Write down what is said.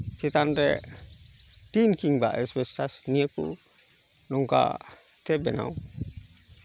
ᱪᱮᱛᱟᱱ ᱨᱮ ᱴᱤᱱ ᱠᱤᱢᱵᱟ ᱮᱥᱵᱮᱥᱴᱟᱨ ᱱᱤᱭᱟᱹ ᱠᱚ ᱱᱚᱝᱠᱟᱛᱮ ᱵᱮᱱᱟᱣ